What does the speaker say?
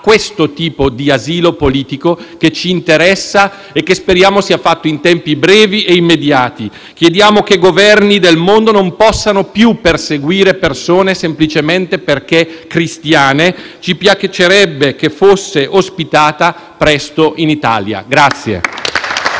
questo tipo di asilo politico che ci interessa e che speriamo sia fatto in tempi brevi e immediati. Chiediamo che i Governi del mondo non possano più perseguire persone semplicemente perché cristiane. Ci piacerebbe che Asia Bibi fosse ospitata presto in Italia.